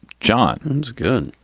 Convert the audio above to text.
johns good.